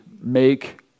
make